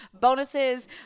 bonuses